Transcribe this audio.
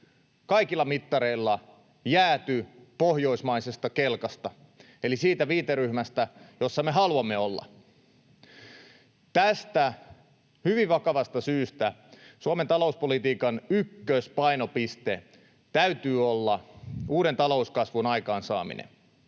kaikilla mittareilla jääty pohjoismaisesta kelkasta eli siitä viiteryhmästä, jossa me haluamme olla. Tästä hyvin vakavasta syystä Suomen talouspolitiikan ykköspainopisteen täytyy olla uuden talouskasvun aikaansaaminen,